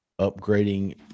upgrading